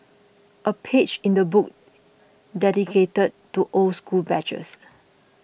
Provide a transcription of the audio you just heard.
a page in the book dedicated to old school badges